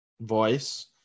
voice